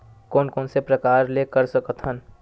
कोन कोन से प्रकार ले कर सकत हन?